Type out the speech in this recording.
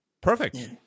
Perfect